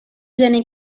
geni